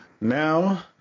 Now